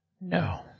no